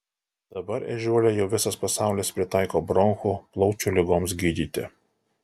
dabar ežiuolę jau visas pasaulis pritaiko bronchų plaučių ligoms gydyti